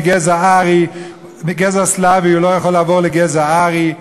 מגזע סלאבי הוא לא יכול לעבור לגזע ארי,